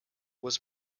was